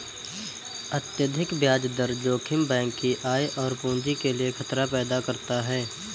अत्यधिक ब्याज दर जोखिम बैंक की आय और पूंजी के लिए खतरा पैदा करता है